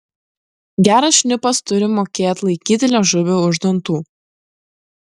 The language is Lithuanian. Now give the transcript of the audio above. geras šnipas turi mokėt laikyti liežuvį už dantų